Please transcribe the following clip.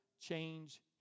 change